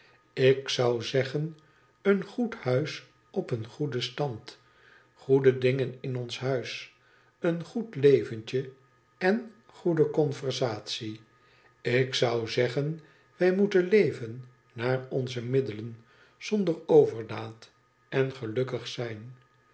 ik zou zeggen een goed huis op een goeden stand goede dingei in ons huis een goed leventje en goede conversatie ik zou zeggen wij moeten leven naar onze middelen zonder overdaad en gelukkis zijn